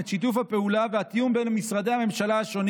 את שיתוף הפעולה והתיאום בין משרדי הממשלה השונים